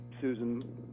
Susan